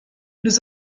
nous